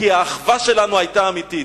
כי האחווה שלנו היתה אמיתית.